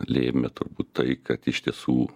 lėmė turbūt tai kad iš tiesų